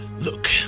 look